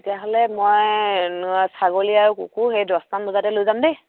তেতিয়াহ'লে মই ছাগলী আৰু কুকুৰ সেই দহটামান বজাতে লৈ যাম দেই